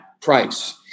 price